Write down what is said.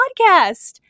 podcast